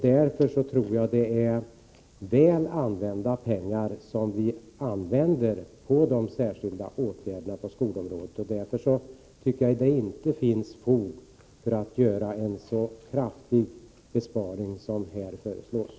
Därför tror jag det är väl använda pengar som vi sätter in för särskilda åtgärder på skolområdet. Därför tycker jag inte det finns något fog för att göra en så kraftig besparing som här föreslås.